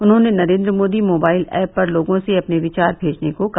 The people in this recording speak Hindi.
उन्होंने नरेन्द्र मोदी मोबाइल ऐप पर लोगों से अपने विचार भेजने को कहा